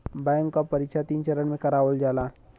bank क परीक्षा तीन चरण में करावल जाला